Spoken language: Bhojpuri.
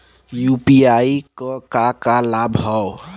यू.पी.आई क का का लाभ हव?